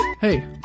Hey